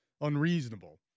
unreasonable